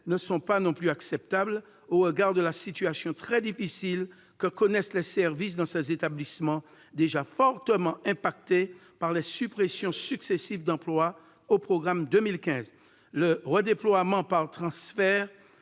ne sont pas non plus acceptables au regard de la situation très difficile que connaissent les services dans ces établissements, déjà fortement impactés par les suppressions successives d'emplois prévues au programme 215. Le redéploiement par transfert